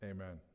Amen